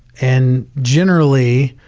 and generally,